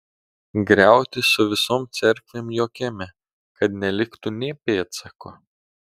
griauti su visom cerkvėm jo kieme kad neliktų nė pėdsako